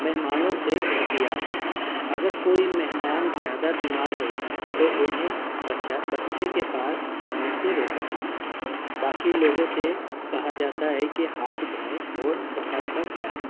مہمانوں سے احتیاط اگر کوئی مہمان زیادہ بیمار ہو تو انہیں بچا بچے کے پاس آنے سے روکا جاتا ہے باقی لوگوں سے کہا جاتا ہے کہ ہاتھ دھوئیں اور صفائی کا خیال رکھیں